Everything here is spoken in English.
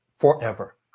forever